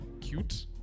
Cute